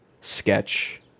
sketch